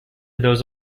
those